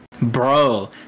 Bro